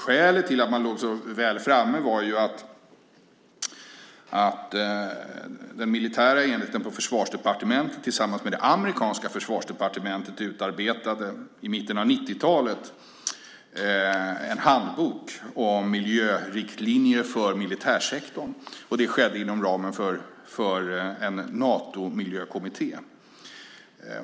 Skälet till att man låg så väl framme var ju att den militära enheten på Försvarsdepartementet tillsammans med det amerikanska försvarsdepartementet under mitten av 1990-talet utarbetade en handbok med miljöriktlinjer för militärsektorn. Det skedde inom ramen för en Natomiljökommitté.